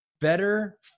better